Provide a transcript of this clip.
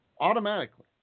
Automatically